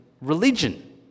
religion